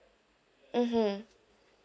mmhmm